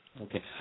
Okay